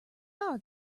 are